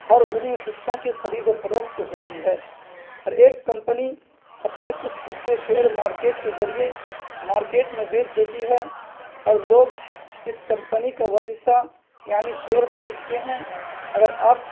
اور انہیں حصوں کی خرید و فروخت ہوتی ہے ہر ایک کمپنی اپنے کچھ حصے شیئر مارکیٹ کے ذریعے مارکیٹ میں بیچ دیتی ہے اور لوگ اس کمپنی کا وہ حصہ یعنی شیئر خریدتے ہیں اگر آپ